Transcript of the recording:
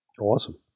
Awesome